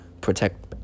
Protect